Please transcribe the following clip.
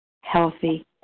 healthy